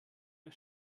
der